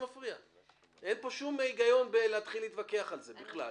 אין היגיון בלהתחיל להתווכח על זה בכלל.